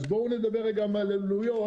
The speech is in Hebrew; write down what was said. אז בואו נדבר על העלויות,